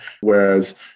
Whereas